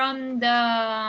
um the